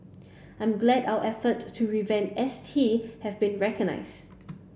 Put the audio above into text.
I'm glad our efforts to revamp S T have been recognized